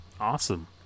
Awesome